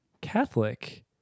Catholic